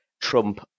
Trump